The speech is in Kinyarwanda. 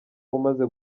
umaze